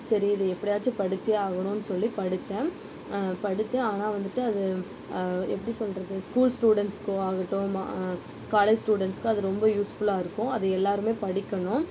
சரி இதை எப்படியாச்சும் படித்தே ஆகணும்னு சொல்லி படித்தேன் படித்தேன் ஆனால் வந்துட்டு அது எப்படி சொல்கிறது ஸ்கூல் ஸ்டூடண்ஸ்சுக்கு ஆகட்டும் காலேஜ் ஸ்டூடண்ஸ்சுக்கு அது ரொம்ப யூஸ்ஃபுல்லாயிருக்கும் அது எல்லாேருமே படிக்கணும்